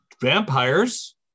vampires